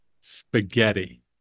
spaghetti